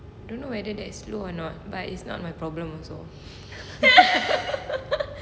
don't know whether that's slow or not but it's not my problem also